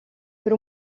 per